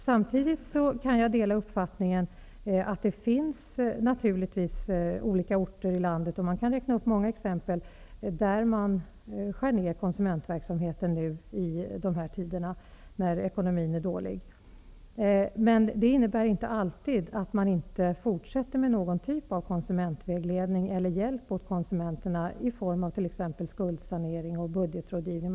Samtidigt kan jag dela uppfattningen att det naturligtvis finns olika orter i landet -- man kan räkna upp många exempel -- där man skär ned konsumentverksamheten i dessa tider då ekonomin är dålig. Men det innebär inte alltid att man inte fortsätter med någon typ av konsumentvägledning eller hjälp till konsumenterna i form av t.ex. skuldsanering och budgetrådgivning.